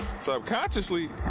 subconsciously